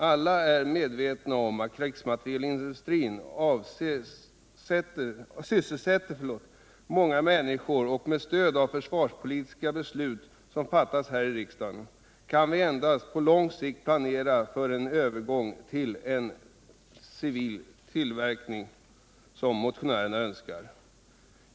Alla är medvetna om att krigsmaterielindustrin sysselsätter många människor och att vi med stöd av försvarspolitiska beslut som fattas här i riksdagen endast på lång sikt kan planera för en övergång till civil tillverkning, såsom motionärerna önskar.